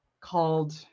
called